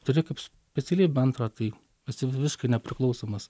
turi kaip specialybę antrą tai esi visiškai nepriklausomas